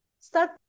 start